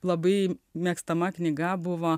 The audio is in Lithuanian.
labai mėgstama knyga buvo